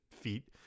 feet